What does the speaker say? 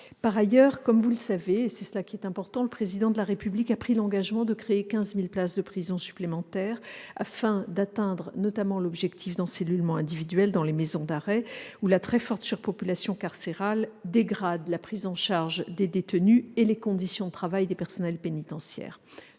Par ailleurs, et c'est cela qui est important, comme vous le savez, le Président de la République a pris l'engagement de créer 15 000 places de prison supplémentaires afin notamment d'atteindre l'objectif de l'encellulement individuel dans les maisons d'arrêt, où la très forte surpopulation carcérale dégrade la prise en charge des détenus et les conditions de travail des personnels pénitentiaires.